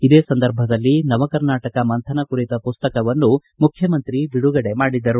ಇದೇ ಸಂದರ್ಭದಲ್ಲಿ ನವಕರ್ನಾಟಕ ಮಂಥನ ಕುರಿತ ಪುಸ್ತಕವನ್ನು ಮುಖ್ಯಮಂತ್ರಿ ಬಿಡುಗಡೆ ಮಾಡಿದರು